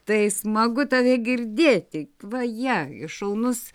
tai smagu tave girdėti vaje šaunus